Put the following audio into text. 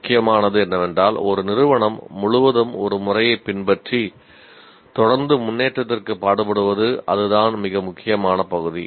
முக்கியமானது என்னவென்றால் ஒரு நிறுவனம் முழுவதும் ஒரு முறையைப் பின்பற்றி தொடர்ந்து முன்னேற்றத்திற்கு பாடுபடுவது அதுதான் மிக முக்கியமான பகுதி